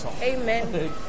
Amen